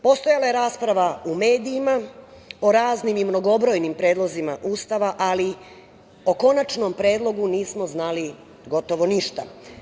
Postojala je rasprava u medijima, o raznim i mnogobrojnim predlozima Ustava, ali o konačnom predlogu nismo znali gotovo ništa.